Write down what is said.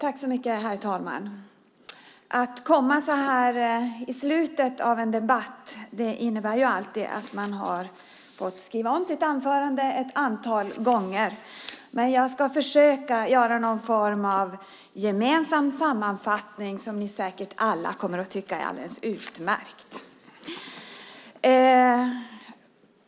Herr talman! Att komma i slutet av en debatt innebär alltid att man har fått skriva om sitt anförande ett antal gånger. Jag ska dock försöka göra en gemensam sammanfattning som ni alla säkert kommer att tycka är alldeles utmärkt.